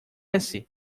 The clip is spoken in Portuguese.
esse